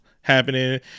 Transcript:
happening